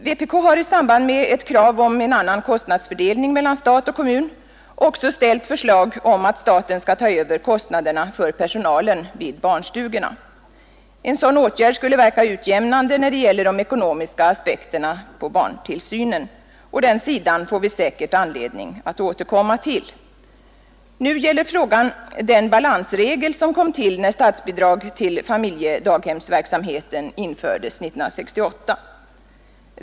Vpk har i samband med kravet om en annan kostnadsfördelning mellan stat och kommun också ställt förslag om att staten skall ta över kostnaderna för personalen vid barnstugorna. En sådan åtgärd skulle verka utjämnande när det gäller de ekonomiska aspekterna på barntillsynen. Och den sidan får vi säkerligen anledning att återkomma till. Nu gäller frågan den balansregel som kom till när statsbidrag till familjedaghemsverksamheten infördes 1968.